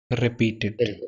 repeated